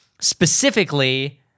specifically